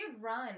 run